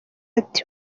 ati